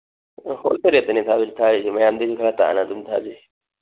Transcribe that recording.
wholesale ꯔꯦꯠꯇꯅꯤ ꯊꯥꯔꯤꯁꯤ ꯃꯌꯥꯝꯗꯩꯗꯤ ꯈꯔ ꯇꯥꯅ ꯑꯗꯨꯝ ꯊꯥꯖꯩ